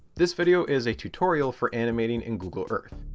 this video is a tutorial for animating in google earth,